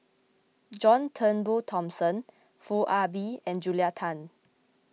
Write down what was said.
John Turnbull Thomson Foo Ah Bee and Julia Tan